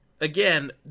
again